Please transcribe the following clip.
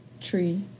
Tree